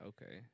Okay